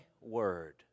word